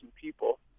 people